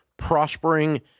prospering